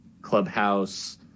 clubhouse